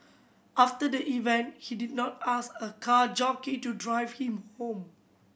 after the event he did not ask a car jockey to drive him home